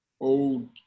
old